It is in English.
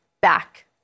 back